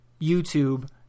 YouTube